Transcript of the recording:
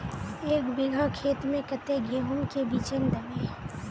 एक बिगहा खेत में कते गेहूम के बिचन दबे?